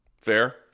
Fair